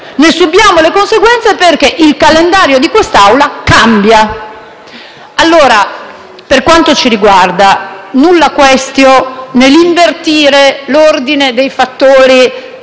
ne subiamo le conseguenze, perché il calendario di quest'Assemblea cambia. Per quanto riguarda noi, *nulla quaestio* nell'invertire l'ordine dei fattori